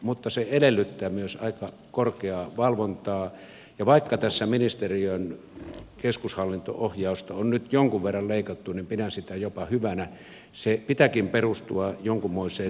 mutta se edellyttää myös aika korkeaa valvontaa ja vaikka tässä ministeriön keskushallinto ohjausta on nyt jonkun verran leikattu niin pidän sitä jopa hyvänä sen pitääkin perustua jonkunmoiseen neuvotteluasetelmaan